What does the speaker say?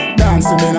dancing